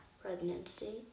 pregnancy